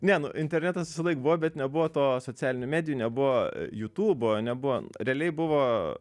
ne nu internetas visąlaik buvo bet nebuvo to socialinių medijų nebuvo jutubo nebuvo realiai buvo